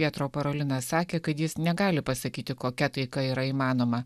petro karolina sakė kad jis negali pasakyti kokia taika yra įmanoma